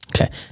Okay